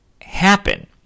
happen